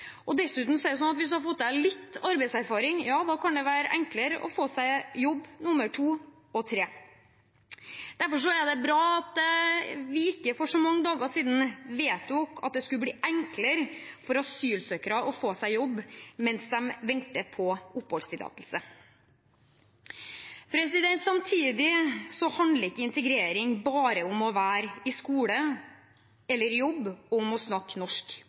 språk. Dessuten er det slik at dersom man har fått litt arbeidserfaring, kan det være enklere å få seg jobb nummer to og tre. Derfor er det bra at vi for ikke så mange dager siden vedtok at det skulle bli enklere for asylsøkere å få seg jobb mens de venter på oppholdstillatelse. Samtidig handler ikke integrering bare om å være i skole eller i jobb og om å snakke norsk.